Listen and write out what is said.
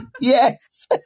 Yes